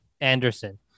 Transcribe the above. Anderson